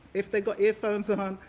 if they've got earphones ah on,